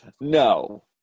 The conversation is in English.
No